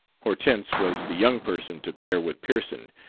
hortense was the young person to pair with pearson,